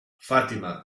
fàtima